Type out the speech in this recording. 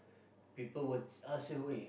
people will ask you eh